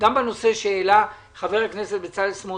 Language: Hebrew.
גם בנושא שהעלה חבר הכנסת בצלאל סמוטריץ'.